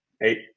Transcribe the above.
eight